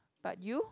but you